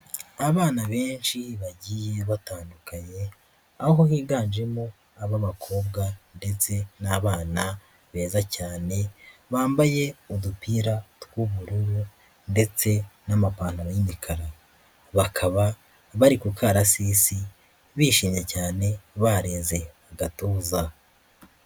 Abana benshi bagiye batandukanye, aho higanjemo ab'abakobwa ndetse n'abana beza cyane, bambaye udupira tw'ubururu ndetse n'amapantaro y'imikara. Bakaba bari ku karasisi, bishimye cyane, bareze agatuza.